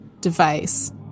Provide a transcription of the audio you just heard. device